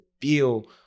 feel